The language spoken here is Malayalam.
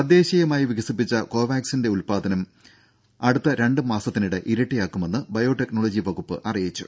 തദ്ദേശീയമായി വികസിപ്പിച്ച കോവാക്സിന്റെ ഉൽപ്പാദനം അടുത്ത രണ്ട് മാസത്തിനിടെ ഇരട്ടിയാക്കുമെന്ന് ബയോടെക്നോളജി വകുപ്പ് അറിയിച്ചു